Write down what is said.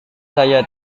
saya